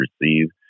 receive